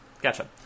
Gotcha